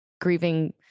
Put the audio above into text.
grieving